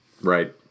Right